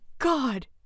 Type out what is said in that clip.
God